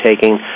taking